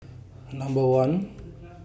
Number one